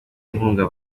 inkunga